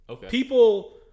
people